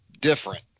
different